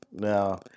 No